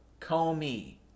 Comey